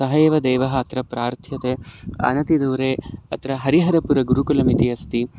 सः एव देवः अत्र प्रार्थ्यते अनतिदूरे अत्र हरिहरपुर गुरुकुलमिति अस्ति